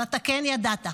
אבל אתה כן ידעת.